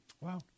Wow